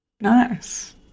nice